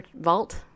vault